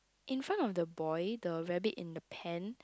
in front of the boy the rabbit in the pan